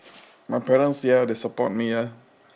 my parents sia they support me lah